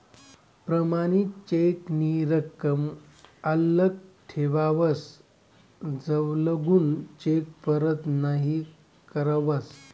प्रमाणित चेक नी रकम आल्लक ठेवावस जवलगून चेक परत नहीं करावस